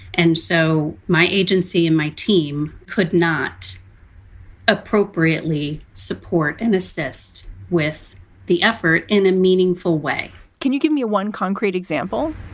and so my agency and my team could not appropriately support and assist with the effort in a meaningful way. can you give me one concrete example?